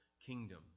kingdom